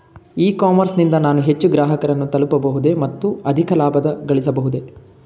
E commerce ನಿಂದ ನಾನು ಹೆಚ್ಚು ಗ್ರಾಹಕರನ್ನು ತಲುಪಬಹುದೇ ಮತ್ತು ಅಧಿಕ ಲಾಭಗಳಿಸಬಹುದೇ?